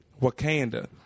Wakanda